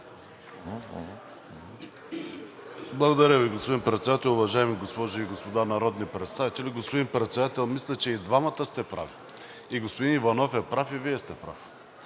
Благодаря Ви, господин Председател. Уважаеми госпожи и господа народни представители! Господин Председател, мисля, че и двамата сте прави – и господин Иванов е прав, и Вие сте прав.